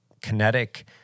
kinetic